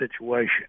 situation